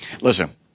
Listen